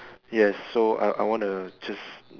yes so I I wanna just